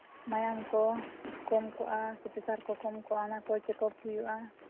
ᱢᱟᱭᱟᱢ ᱠᱚ ᱠᱚᱢ ᱠᱚᱜᱼᱟ ᱥᱮ ᱯᱮᱥᱟᱨ ᱠᱚ ᱠᱚᱢ ᱠᱚᱜᱼᱟ ᱚᱱᱟ ᱠᱚ ᱪᱮᱠᱼᱟᱯ ᱦᱩᱭᱩᱜᱼᱟ